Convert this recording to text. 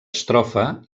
estrofa